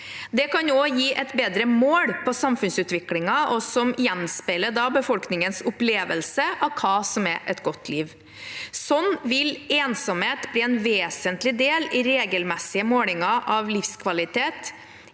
Det kan også gi et bedre mål på samfunnsutviklingen, et som gjenspeiler befolkningens opplevelse av hva som er et godt liv. Slik vil ensomhet bli en vesentlig del i regelmessige målinger av livskvalitet,